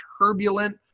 turbulent